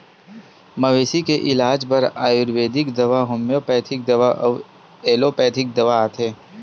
मवेशी के इलाज बर आयुरबेदिक दवा, होम्योपैथिक दवा अउ एलोपैथिक दवा आथे